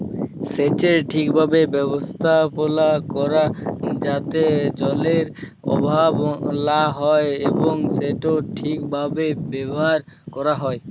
সেচের ঠিকভাবে ব্যবস্থাপালা ক্যরা যাতে জলের অভাব লা হ্যয় এবং সেট ঠিকভাবে ব্যাভার ক্যরা হ্যয়